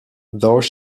though